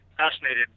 fascinated